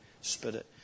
spirit